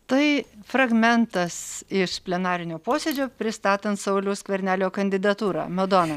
tai fragmentas iš plenarinio posėdžio pristatant sauliaus skvernelio kandidatūrą madona